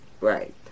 right